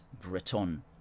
Briton